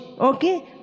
okay